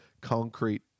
concrete